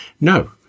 no